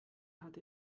hat